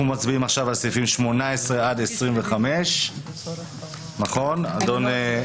עכשיו אנחנו מצביעים על סעיפים 25-18, נכון מקלב?